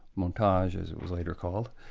montage, as it was later called.